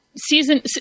season